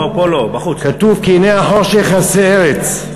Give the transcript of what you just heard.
כתוב: "כי הנה החֹשך יכסה ארץ".